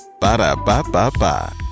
ba-da-ba-ba-ba